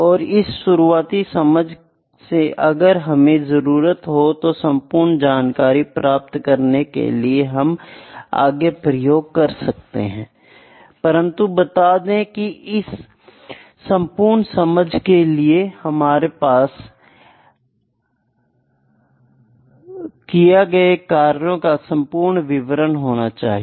और इस शुरुआती समझ से अगर हमें जरूरत हो तो संपूर्ण जानकारी प्राप्त करने के लिए हम आगे प्रयोग कर सकते हैं परंतु बात यह है की इस संपूर्ण समझ के लिए हमारे पास हमारे किए गए कार्यों का संपूर्ण विवरण होना चाहिए